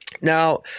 now